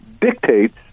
dictates